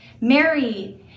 Mary